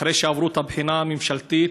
אחרי שעברו את הבחינה הממשלתית.